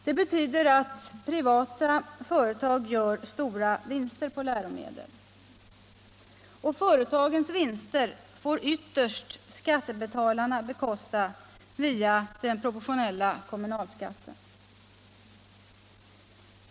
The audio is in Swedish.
Det betyder att privata företag gör stora vinster på läromedel. Företagens vinster får ytterst skattebetalarna bekosta via den proportionella kommunalskatten.